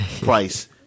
price